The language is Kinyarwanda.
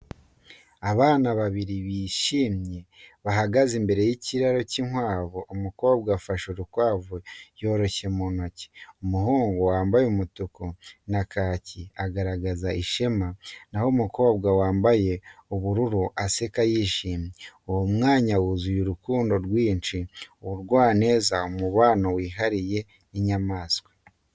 Abana babiri bishimye bahagaze imbere y’ikiraro cy’inkwavu, umukobwa afashe urukwavu yoroshye mu ntoki. Umuhungu wambaye umutuku na kaki agaragaza ishema, naho umukobwa wambaye ubururu aseka yishimye. Uwo mwanya wuzuyemo urukundo rwinshi, ubugwaneza, n’umubano wihariye n’inyamaswa.